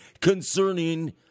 concerning